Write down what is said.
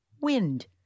Wind